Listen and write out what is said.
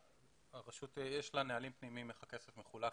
לרשות יש נהלים פנימיים איך הכסף מחולק